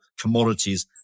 commodities